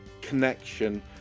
connection